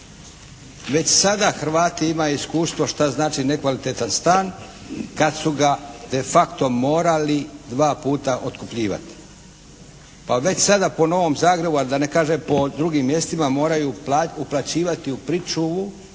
Već sada Hrvati imaju iskustvo što znači nekvalitetan stan kad su ga de facto morali dva puta otkupljivati, pa već sada po Novog Zagrebu, a da ne kažem po drugim mjestima moraju uplaćivati u pričuvu